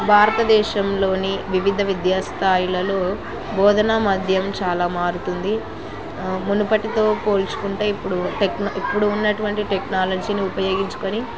భారతదేశంలోని వివిధ విద్యాస్థాయిలలో బోధన మాధ్యం చాలా మారుతుంది మునుపటితో పోల్చుకుంటే ఇప్పుడు టెక్న ఇప్పుడు ఉన్నటువంటి టెక్నాలజీని ఉపయోగించుకొని